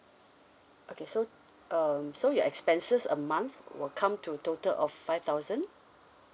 okay so um so your expenses a month will come to total of five thousand